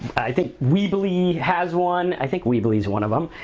i think weebly has one, i think weebly's one of em.